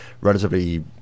relatively